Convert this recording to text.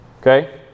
okay